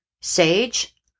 sage